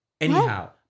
anyhow